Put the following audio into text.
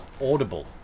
Audible